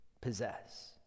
possess